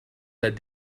that